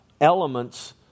elements